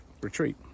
retreat